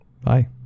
Bye